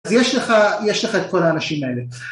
אז יש לך את כל האנשים האלה.